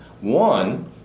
one